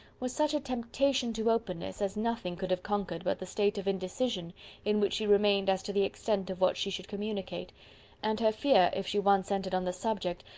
was such a temptation to openness as nothing could have conquered but the state of indecision in which she remained as to the extent of what she should communicate and her fear, if she once entered on the subject,